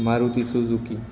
Maruti Suzuki